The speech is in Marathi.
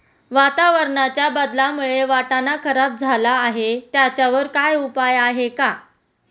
वातावरणाच्या बदलामुळे वाटाणा खराब झाला आहे त्याच्यावर काय उपाय आहे का?